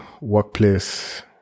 workplace